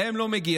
להם לא מגיע.